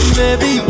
baby